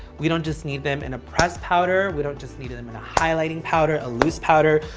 we don't just need them in a pressed powder, we don't just need them in a highlighting powder, a loose powder.